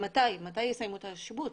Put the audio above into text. מתי יסיימו את השיבוץ?